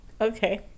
Okay